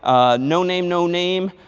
ah no name, no name.